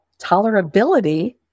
tolerability